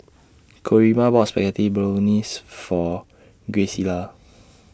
Coraima bought Spaghetti Bolognese For Graciela